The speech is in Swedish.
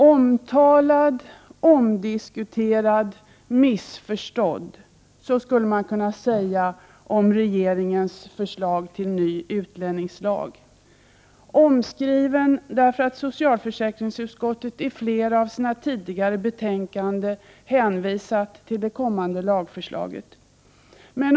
Omtalad — omdiskuterad — missförstådd — så skulle man kunna karakterisera regeringens förslag till ny utlänningslag. Omskriven därför att socialförsäkringsutskottet i flera av sina tidigare betänkanden hänvisat till det kommande lagförslaget.